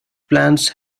plans